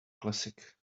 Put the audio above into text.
classic